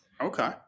Okay